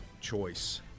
choice